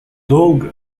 долго